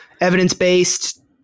evidence-based